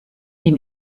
dem